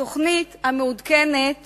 התוכנית המעודכנת